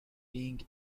being